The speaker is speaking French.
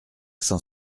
cent